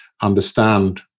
understand